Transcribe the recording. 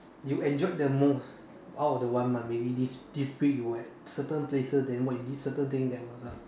you enjoyed the most out of the one month maybe this this week you were at certain places then what you did certain thing then what lah